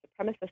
supremacist